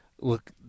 look